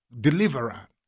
deliverer